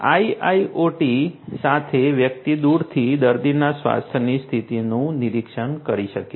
IIoT સાથે વ્યક્તિ દૂરથી દર્દીના સ્વાસ્થ્યની સ્થિતિનું નિરીક્ષણ કરી શકે છે